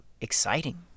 exciting